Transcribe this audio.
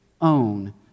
own